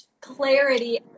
clarity